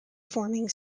forming